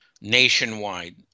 nationwide